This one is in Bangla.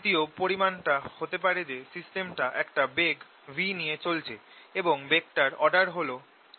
তৃতীয় পরিমাণটা হতে পারে যে system টা একটা বেগ v নিয়ে চলছে এবং বেগটার অর্ডার হল l